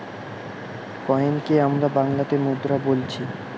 কয়েনকে আমরা বাংলাতে মুদ্রা বোলছি